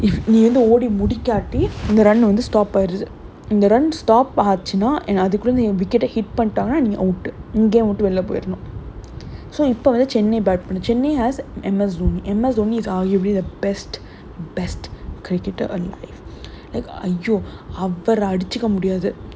நீ வந்து ஓடி முடிக்காட்டி இந்த:nee vanthu odi mudikkaatti intha run வந்து:vanthu stop ஆயிருது இந்த:aayiruthu intha run stop ஆச்சுனா:aachunaa and அதுக்குல்ல வந்து என்:athukulla vanthu en wicket ah hit பண்ணீட்டாங்கனா நீ:panneetaanganaa nee out நீ:nee game ah விட்டு வெளிய போயரனும்:vittu veliya poyaranum so இப்ப வந்து:ippa vanthu chennai bat பண்ணும்:pannum chennai has M_S dhoni M_S dhoni is are you be the best best cricketer in life !aiyo! அவர அடிச்சுக்க முடியாது:avara adichukka mudiyaathu